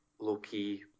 low-key